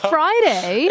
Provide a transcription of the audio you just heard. Friday